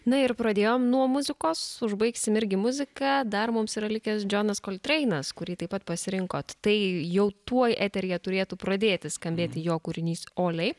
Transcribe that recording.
na ir pradėjom nuo muzikos užbaigsim irgi muzika dar mums yra likęs džonas koltreinas kurį taip pat pasirinkot tai jau tuoj eteryje turėtų pradėti skambėti jo kūrinys olei